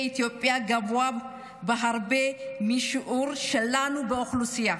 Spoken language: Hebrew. אתיופיה גבוה בהרבה מהשיעור שלנו באוכלוסייה.